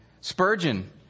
Spurgeon